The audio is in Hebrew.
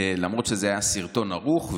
למרות שזה היה סרטון ערוך,